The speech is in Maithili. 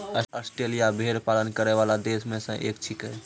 आस्ट्रेलिया भेड़ पालन करै वाला देश म सें एक छिकै